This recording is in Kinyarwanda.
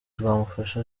twamufashe